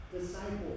disciple